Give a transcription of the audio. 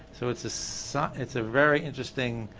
so it's so it's a very interesting